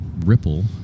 ripple